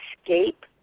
escape